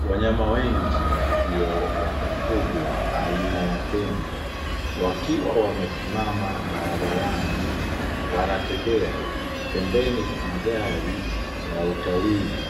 Wanyama wengi wasio wa kufugwa aina ya tembo wakiwa wamesimama barabarani wanatembea pembeni kuna gari la utalii,